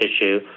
issue